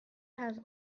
has